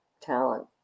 talent